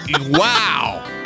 wow